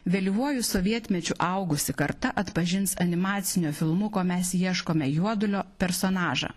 vėlyvuoju sovietmečiu augusi karta atpažins animacinio filmuko mes ieškome juodulio personažą